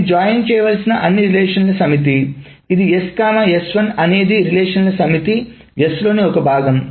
ఇది జాయిన్ చేయవలసిన అన్ని రిలేషన్ల సమితి ఇది S S1 అనేది అన్ని రిలేషన్ల సమితి S లోని ఒక భాగం